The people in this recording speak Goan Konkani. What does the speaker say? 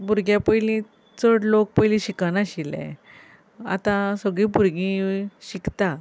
भुरगे पयलीं चड लोक पयलीं शिकनाशिल्ले आतां सगळीं भुरगीं शिकतात